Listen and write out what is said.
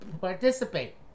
participate